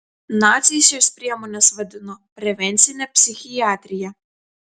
naciai šias priemones vadino prevencine psichiatrija